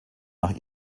nach